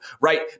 right